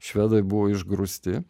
švedai buvo išgrūsti